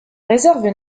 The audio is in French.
réserve